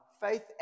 faith